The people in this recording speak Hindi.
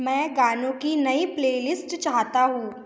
मैं गानों की नई प्लेलिस्ट चाहता हूँ